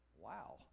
Wow